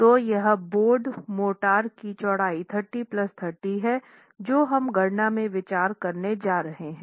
तो यह bed mortar की चौड़ाई 30 30 है जो हम गणना में विचार करने जा रहे हैं